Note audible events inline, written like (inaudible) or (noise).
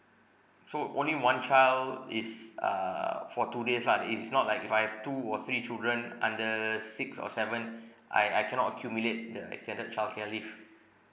so only one child is err for two days lah is it's not like if I have two or three children under six or seven (breath) I I cannot accumulate the extended childcare leave